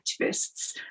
activists